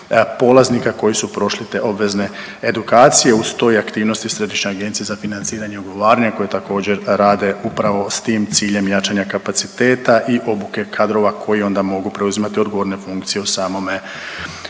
polaznika koji su prošli te obvezne edukacije. Uz to i aktivnosti Središnje agencije za financiranje i ugovaranje koje također rade upravo sa tim ciljem jačanja kapaciteta i obuke kadrova koji onda mogu preuzimati odgovorne funkcije u samome